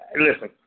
listen